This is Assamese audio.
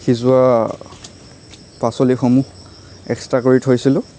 সিজোৱা পাচলিসমূহ এক্সট্ৰা কৰি থৈছিলোঁ